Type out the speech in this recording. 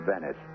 Venice